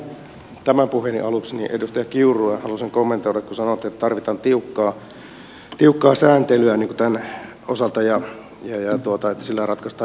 ihan tämän puheeni aluksi edustaja kiurulle haluaisin kommentoida kun sanoitte että tarvitaan tiukkaa sääntelyä tämän osalta ja että sillä ratkaistaan ilmasto ongelmat